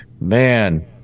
man